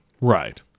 Right